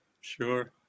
Sure